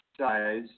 size